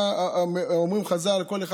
אומרים חז"ל: כל אחד,